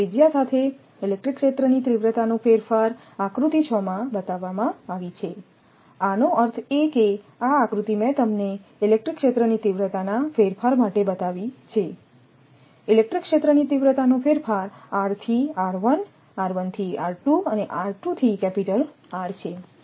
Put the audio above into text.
તેથી ત્રિજ્યા સાથે ઇલેક્ટ્રિક ક્ષેત્રની તીવ્રતાનો ફેરફાર આકૃતિ6 માં બતાવવામાં આવી છે આનો અર્થ એ કે આ આકૃતિ મેં તમને ઇલેક્ટ્રિક ક્ષેત્રની તીવ્રતાના ફેરફાર માટે બતાવી છે ઇલેક્ટ્રિક ક્ષેત્રની તીવ્રતાનો ફેરફાર r થી થી કેપિટલ R છે